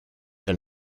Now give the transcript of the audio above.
elle